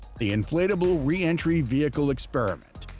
the inflatable reentry vehicle experiment,